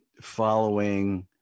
following